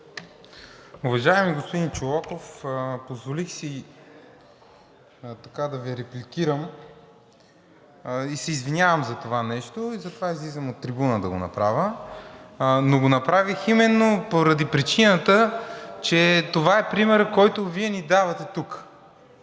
Уважаеми господин Чолаков, позволих си да Ви репликирам и се извинявам за това нещо, затова излизам от трибуната да го направя. Направих го именно поради причината, че това е примерът, който Вие ни давате тук